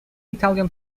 italian